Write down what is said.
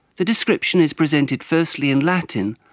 the description is presented firstly in latin,